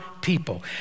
people